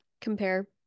Compare